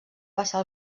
passar